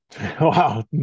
Wow